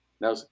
now